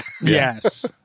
Yes